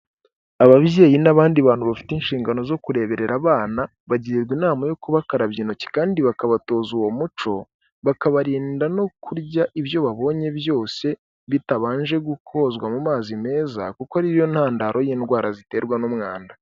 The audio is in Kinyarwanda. Ababyeyi n'abandi bantu bafite inshingano zo kureberera abana, bagirwa inama yo kubakarabya intoki kandi bakabatoza uwo muco bakabarinda no kurya ibyo babonye byose bitabanje kozwa mu mazi meza, kuko ari yo ntandaro y'indwara ziterwa n'umwanda.